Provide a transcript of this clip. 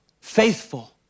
faithful